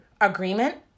Agreement